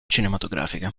cinematografica